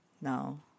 now